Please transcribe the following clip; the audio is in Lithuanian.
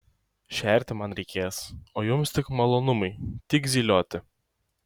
šerti man reikės o jums tik malonumai tik zylioti